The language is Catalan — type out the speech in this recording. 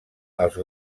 els